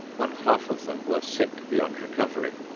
one half of them were sick beyond recovery,